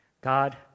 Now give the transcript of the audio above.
God